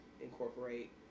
incorporate